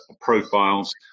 profiles